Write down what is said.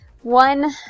One